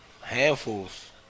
handfuls